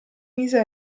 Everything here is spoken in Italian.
mise